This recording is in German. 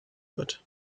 wird